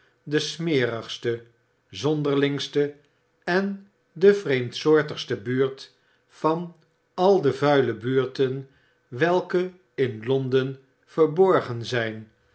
de smerigste zonderlingste en de vreemdsoor igste buurt van al de vui e buurten welke in londen verborgen zijn